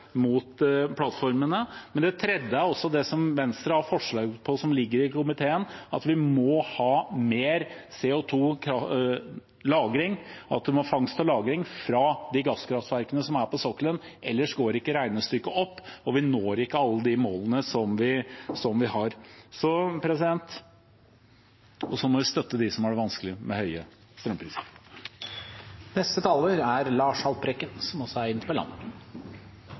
plattformene. Men det tredje er altså det som Venstre har forslag på, som ligger i komiteen, at vi må ha mer CO 2 -fangst og -lagring fra de gasskraftverkene som er på sokkelen. Ellers går ikke regnestykket opp og vi når ikke alle de målene vi har. Og så må vi støtte de som har det vanskelig på grunn av høye strømpriser. Jeg vil takke dem som har deltatt i debatten. Jeg er